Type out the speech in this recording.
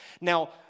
Now